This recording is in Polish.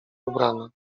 ubrana